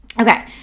Okay